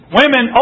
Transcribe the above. women